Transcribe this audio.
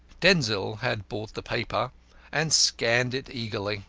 denzil had bought the paper and scanned it eagerly,